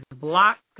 blocked